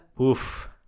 Oof